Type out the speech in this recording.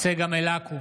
צגה מלקו,